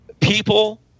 People